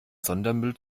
sondermüll